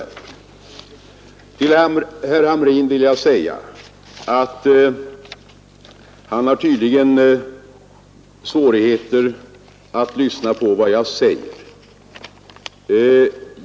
Till herr Hamrin vill jag säga att han tydligen har svårigheter att lyssna på vad jag säger.